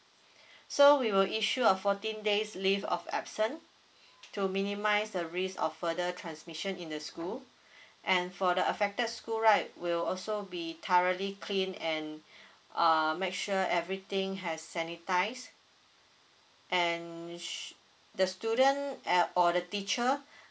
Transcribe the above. so we will issue a fourteen days leave of absence to minimize the risk of further transmission in the school and for the affected school right we'll also be thoroughly clean and err make sure everything has sanitise and the student eh or the teacher